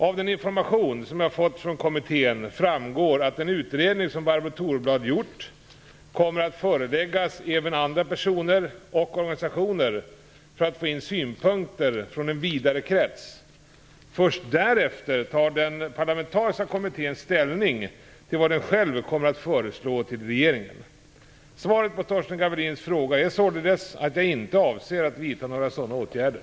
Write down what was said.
Av den information som jag har fått från kommittén framgår att den utredning som Barbro Thorblad gjort kommer att föreläggas även andra personer och organisationer för att man skall få in synpunkter från en vidare krets. Först därefter tar den parlamentariska kommittén ställning till vad den själv kommer att föreslå regeringen. Svaret på Torsten Gavelins fråga är således att jag inte avser att vidta några sådana åtgärder.